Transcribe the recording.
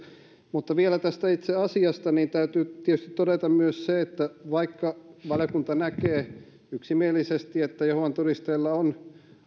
vielä tästä itse asiasta täytyy tietysti todeta myös se että vaikka valiokunta näkee yksimielisesti että jehovan todistajilla on